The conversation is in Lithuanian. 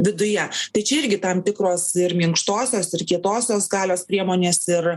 viduje tai čia irgi tam tikros ir minkštosios ir kietosios galios priemonės ir